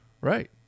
right